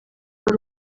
ari